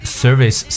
service